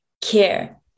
care